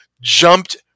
jumped